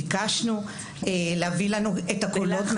ביקשנו להביא לנו את הקולות.